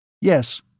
Yes